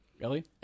Ellie